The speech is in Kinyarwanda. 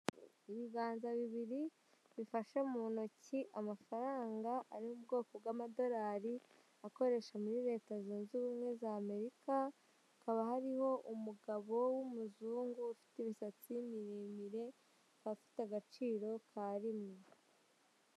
Ibiganza bibiri bifashe mu ntoki amafaranga, ay'ubwoko bw'amadolari akoresha muri leta zunze ubumwe za Amerika, hakaba hariho umugabo w'umuzungu ufite imisatsi miremire, akaba afite agaciro ka rimwe.